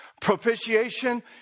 Propitiation